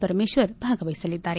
ಪರಮೇಶ್ವರ್ ಭಾಗವಹಿಸಲಿದ್ದಾರೆ